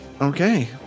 Okay